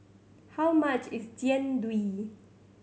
how much is Jian Dui